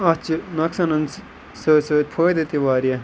اَتھ چھِ نۄقصانَن سۭتۍ سۭتۍ فٲیدٕ تہِ واریاہ